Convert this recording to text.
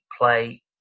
play